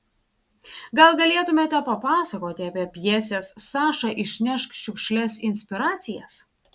gal galėtumėte papasakoti apie pjesės saša išnešk šiukšles inspiracijas